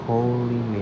Holy